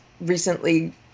recently